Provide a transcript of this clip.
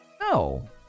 No